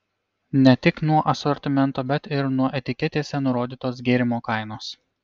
ne tik nuo asortimento bet ir nuo etiketėse nurodytos gėrimo kainos